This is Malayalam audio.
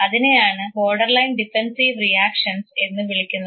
അതിനെയാണ് ബോർഡർലൈൻ ഡിഫൻസ്സീവ് റിയാക്ഷൻസ് എന്ന് വിളിക്കുന്നത്